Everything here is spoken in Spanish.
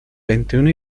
veintiuno